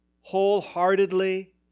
wholeheartedly